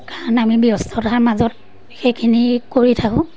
কাৰণ আমি ব্যস্ততাৰ মাজত সেইখিনি কৰি থাকোঁ